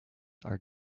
are